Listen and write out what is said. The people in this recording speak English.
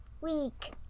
week